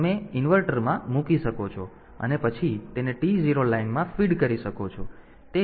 તમે ઇન્વર્ટર મૂકી શકો છો અને પછી તેને T 0 લાઇનમાં ફીડ કરી શકો છો